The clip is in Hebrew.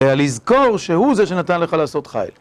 על לזכור שהוא זה שנתן לך לעשות חייל.